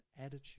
attitude